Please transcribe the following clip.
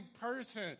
person